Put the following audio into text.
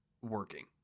working